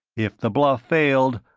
if the bluff failed,